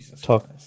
talk